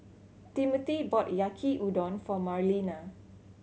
Timmothy bought Yaki Udon for Marlena